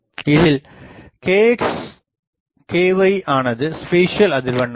இதில் kxky ஆனது spatial அதிர்வென்னாகும்